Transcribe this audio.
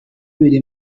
biri